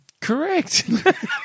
Correct